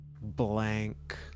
blank